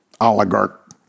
oligarch